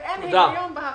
אין היגיון בהחלטות.